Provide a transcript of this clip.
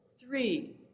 Three